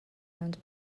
and